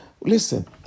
Listen